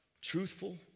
truthful